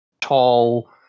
tall